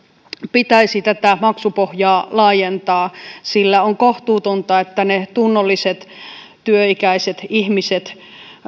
pitäisi tätä maksupohjaa laajentaa sillä on kohtuutonta että tunnolliset työikäiset ihmiset